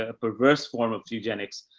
ah perverse form of eugenics,